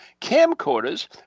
camcorders